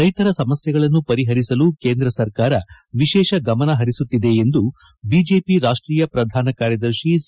ರೈತರ ಸಮಸ್ಥೆಗಳನ್ನು ಪರಿಪರಿಸಲು ಕೇಂದ್ರ ಸರ್ಕಾರ ವಿಶೇಷ ಗಮನ ಹರಿಸುತ್ತಿದೆ ಎಂದು ಬಿಜೆಪಿ ರಾಷ್ಟೀಯ ಪ್ರಧಾನ ಕಾರ್ಯದರ್ಶಿ ಸಿ